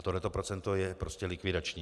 Toto procento je prostě likvidační.